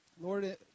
Lord